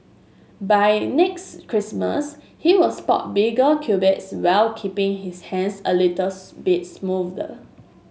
by next Christmas he will spot bigger biceps while keeping his hands a little spit smoother